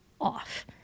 off